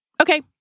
Okay